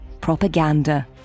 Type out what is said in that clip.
propaganda